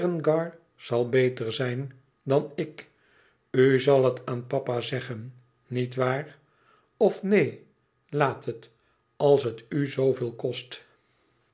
zal beter zijn dan ik u zal het aan papa zeggen niet waar of neen laat het als het u zooveel kost